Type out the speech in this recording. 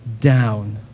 down